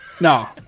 No